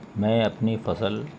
میں اپنی فصل